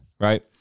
right